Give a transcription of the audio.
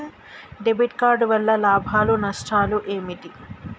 Debit card వల్ల లాభాలు నష్టాలు ఏమిటి?